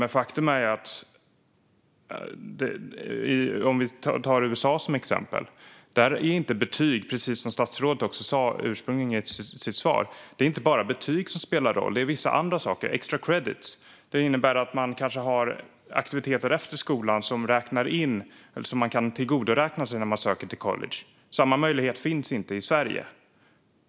Men om vi tar USA som exempel är det där, precis som statsrådet också sa i sitt svar, inte bara betyg som spelar roll utan även vissa andra saker - extra credits. Det innebär att man kanske har aktiviteter efter skolan som man kan tillgodoräkna sig när man söker till college. Samma möjlighet finns inte i Sverige.